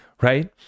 right